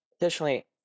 additionally